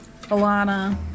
Alana